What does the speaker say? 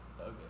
Okay